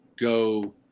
go